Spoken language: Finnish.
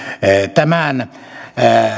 tämän